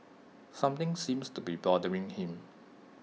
something seems to be bothering him